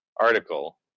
article